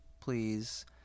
Please